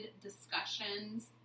discussions